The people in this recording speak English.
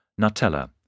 Nutella